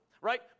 right